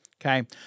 okay